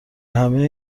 همه